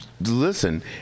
Listen